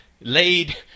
laid